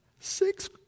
Six